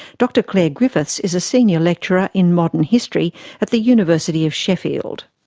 dr clare griffiths is a senior lecturer in modern history at the university of sheffield.